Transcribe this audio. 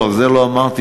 לא, זה לא אמרתי.